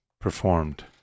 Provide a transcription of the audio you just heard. performed